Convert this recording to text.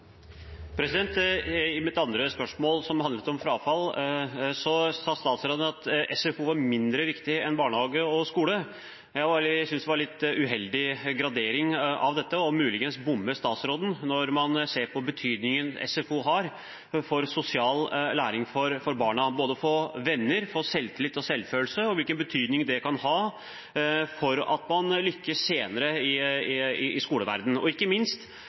mitt andre spørsmål, som handlet om frafall, svarte statsråden at SFO var mindre viktig enn barnehage og skole. Jeg synes det var en litt uheldig gradering av dette. Muligens bommer statsråden når man ser på den betydningen SFO har for barnas sosiale læring – både for å få venner, få selvtillit og få selvfølelse – og hvilken betydning det kan ha for å lykkes senere i skoleverdenen. Og ikke minst: Hvis man sammenligner det å være i